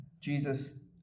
Jesus